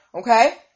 okay